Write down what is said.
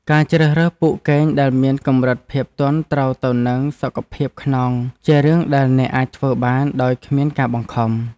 ការជ្រើសរើសពូកគេងដែលមានកម្រិតភាពទន់ត្រូវទៅនឹងសុខភាពខ្នងជារឿងដែលអ្នកអាចធ្វើបានដោយគ្មានការបង្ខំ។